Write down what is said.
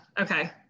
Okay